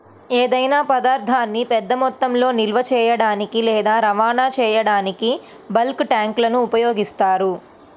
ఏదైనా పదార్థాన్ని పెద్ద మొత్తంలో నిల్వ చేయడానికి లేదా రవాణా చేయడానికి బల్క్ ట్యాంక్లను ఉపయోగిస్తారు